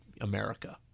America